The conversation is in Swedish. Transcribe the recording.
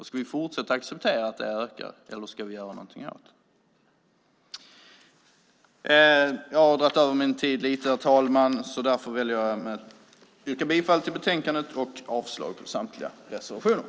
Ska vi fortsätta att acceptera att de har ökat, eller ska vi göra någonting åt det? Herr talman! Jag vill yrka bifall till förslaget i betänkandet och avslag på samtliga reservationer.